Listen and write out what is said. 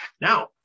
now